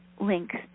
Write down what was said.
Links